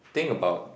thing about